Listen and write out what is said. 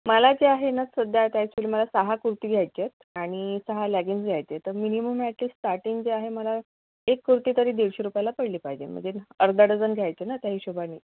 मला जे आहे ना सध्या आता ॲक्चुअली मला सहा कुर्ती घ्यायचेत आणि सहा लॅगिन्स घ्यायचेत तर मिनिमम याची स्टार्टिंग जे आहे मला एक कुर्ती तरी दीडशे रुपयाला पडली पाहिजे म्हणजे अर्धा डझन घ्यायचे ना त्या हिशोबाने